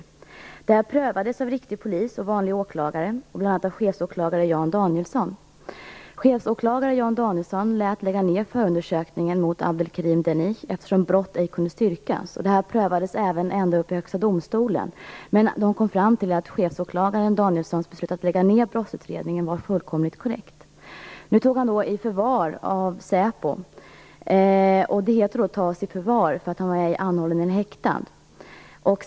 Anklagelserna prövades av riktig polis och vanlig åklagare, bl.a. av chefsåklagare Jan Danielsson. Chefsåklagare Jan Danielsson lät lägga ned förundersökningen mot Abdelkerim Deneche eftersom brott ej kunde styrkas. Ärendet prövades ända upp i Högsta domstolen. Men man kom fram till att chefsåklagare Danielssons beslut att lägga ned brottsutredningen var fullkomligt korrekt. Nu togs Abdelkerim Deneche i förvar av säpo. Det heter tas i förvar, för han var ej anhållen eller häktad.